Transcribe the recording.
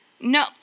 No